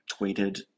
tweeted